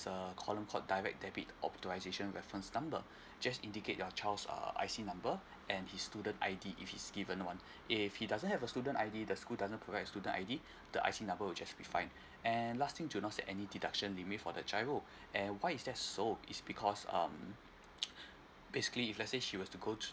a column called direct debit optimisation reference number just indicate your child's err I_C number and his student I_D if he's given one if he doesn't have a student I_D the school doesn't provide student I_D the I_C number will just be fine and last thing do not set any deduction limit for the G_I_R_O and why is that so is because um basically if let's say she was to go to